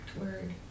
word